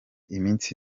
iminsi